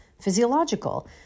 physiological